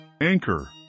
Anchor